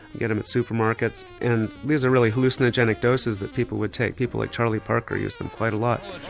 get them at supermarkets, and these are really hallucinogenic doses that people would take. people like charlie parker used them quite a lot.